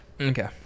Okay